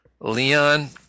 Leon